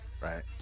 Right